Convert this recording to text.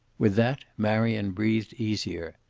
with that marion breather easier.